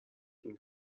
این